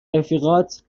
رفیقات